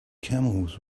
camels